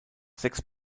sechs